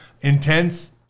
intense